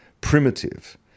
primitive